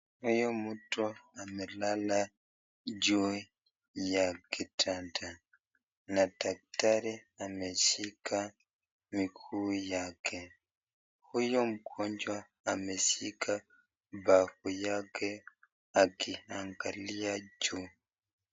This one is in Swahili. Huyu mtu amelala juu ya kitanda na dakitari ameshika miguu yake, huyu mgonjwa ameshika mbavu yake akiangalia juu.